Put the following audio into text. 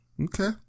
okay